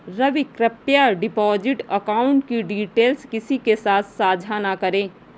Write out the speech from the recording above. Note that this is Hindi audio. रवि, कृप्या डिपॉजिट अकाउंट की डिटेल्स किसी के साथ सांझा न करें